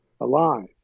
alive